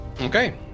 Okay